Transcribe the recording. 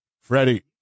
Freddie